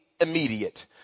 immediate